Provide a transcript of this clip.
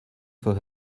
for